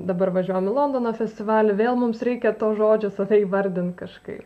dabar važiuojam į londono festivalį vėl mums reikia to žodžio save įvardint kažkaip